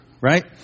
right